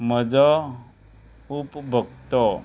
म्हजो उपभक्तो